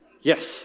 Yes